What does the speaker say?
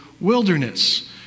wilderness